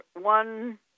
one